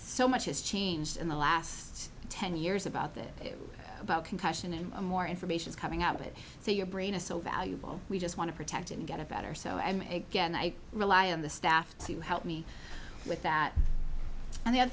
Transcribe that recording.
so much has changed in the last ten years about this about concussion and more information coming out of it so your brain is so valuable we just want to protect it and get a better so i mean again i rely on the staff to help me with that and the other